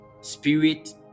Spirit